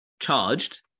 Charged